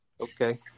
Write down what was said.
Okay